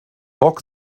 bock